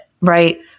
right